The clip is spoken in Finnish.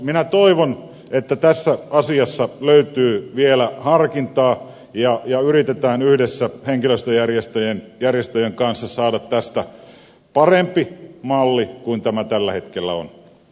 minä toivon että tässä asiassa löytyy vielä harkintaa ja yritetään yhdessä henkilöstöjärjestöjen kanssa saada tästä parempi malli kuin tämä tällä hetkellä on